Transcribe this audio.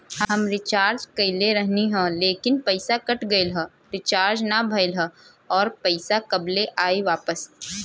हम रीचार्ज कईले रहनी ह लेकिन पईसा कट गएल ह रीचार्ज ना भइल ह और पईसा कब ले आईवापस?